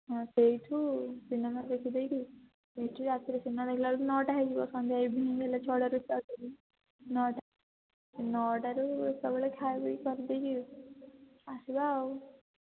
ହଁ ସେଇଠୁ ସିନେମା ଦେଖି ଦେଇକି ସେଇଠୁ ରାତିରେ ସିନେମା ଦେଖିଲା ବେଳକୁ ନଅଟା ହୋଇଯିବ ସନ୍ଧ୍ୟା ଇଭିନିଙ୍ଗ୍ ହେଲେ ନଅଟାରୁ ଯେତେବେଳେ ଖଆପିଇ କରିଦେଇକି ଆସିବା ଆଉ